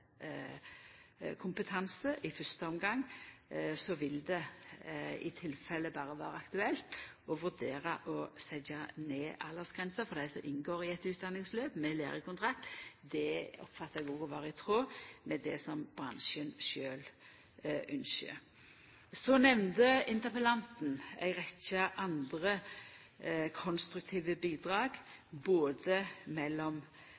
kompetanse. I fyrste omgang vil det i tilfelle berre vera aktuelt å vurdera å setja ned aldersgrensa for dei som inngår i et utdanningsløp med lærekontrakt. Det oppfattar eg òg å vera i tråd med det som bransjen sjølv ynskjer. Så nemnde interpellanten ei rekkje andre konstruktive bidrag,